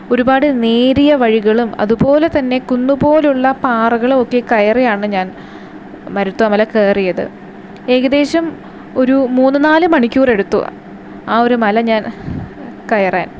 ഒരുപാട് നേരിയ വഴികളും അതുപോലെ തന്നെ കുന്നു പോലുള്ള പാറകളുമൊക്കെ കയറിയാണ് ഞാൻ മരുത്വാ മല കയറിയത് ഏകദേശം ഒരു മൂന്ന് നാല് മണിക്കൂറെടുത്ത് ആ ഒരു മല ഞാൻ കയറാൻ